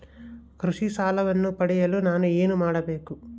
ಕೃಷಿ ಸಾಲವನ್ನು ಪಡೆಯಲು ನಾನು ಏನು ಮಾಡಬೇಕು?